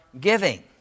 giving